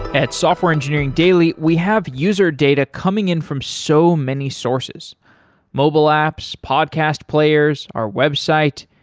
at software engineering daily, we have user data coming in from so many sources mobile apps, podcast players, our website,